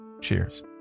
Cheers